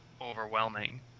overwhelming